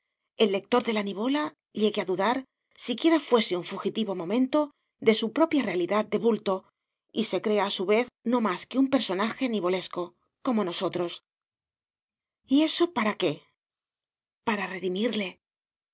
el lector de la nivola llegue a dudar siquiera fuese un fugitivo momento de su propia realidad de bulto y se crea a su vez no más que un personaje nivolesco como nosotros y eso para qué para redimirle sí